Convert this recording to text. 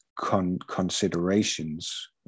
considerations